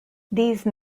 these